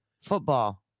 Football